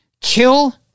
Kill